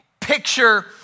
picture